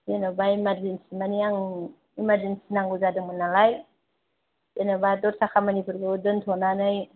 जेन'बा इमारजेनसि मानि आं इमारजेनसि नांगौ जादोंमोन नालाय जेन'बा दस्रा खामानिफोरखौ दोनथ'नानै